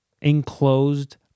enclosed